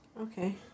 Okay